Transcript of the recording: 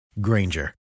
Granger